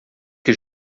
que